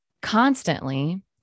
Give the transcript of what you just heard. constantly